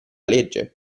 legge